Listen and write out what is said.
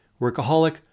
workaholic